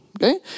Okay